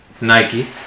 Nike